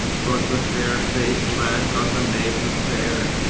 twas the fair-faced lad got the maiden fair,